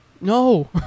no